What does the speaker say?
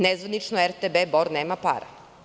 Nezvanično RTB Bor nema para.